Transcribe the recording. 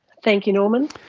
thank you, norman.